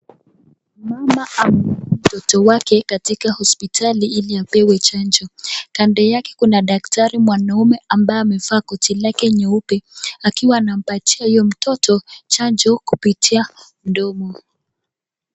Mama amemleta mtoto wake katika hospitali ili apewe chanjo kando yake kuna daktari mwanaume ambaye amevaa kotilake nyeupe akiwa anampatia huyo mtoto chanjo kupitia mdomo.